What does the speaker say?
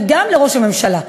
וגם לראש הממשלה.